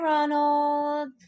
Ronald